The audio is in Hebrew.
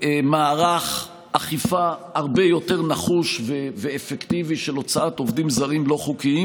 מערך אכיפה הרבה יותר נחוש ואפקטיבי של הוצאת עובדים זרים לא חוקיים,